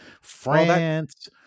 france